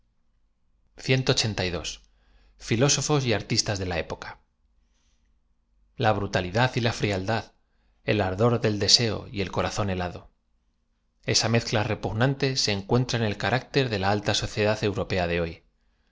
íiló s o fo s y artistas d t la época l a brutalidad y la friald ad el ardor del deseo y el corazón helado esa m ezcla repugnante se encuentra en el carácter de la alta sociedad europea de hoy